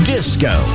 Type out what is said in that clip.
Disco